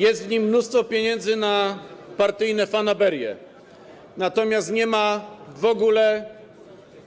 Jest w nim mnóstwo pieniędzy na partyjne fanaberie, natomiast nie ma w ogóle